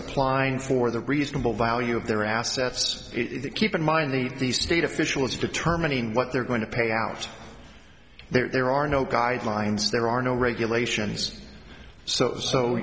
applying for the reasonable value of their assets it keep in mind the the state officials determining what they're going to pay out there are no guidelines there are no regulations so so